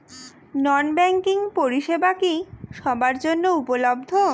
নন banking পরিষেবা কি সবার জন্য উপলব্ধ?